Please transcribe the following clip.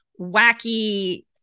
wacky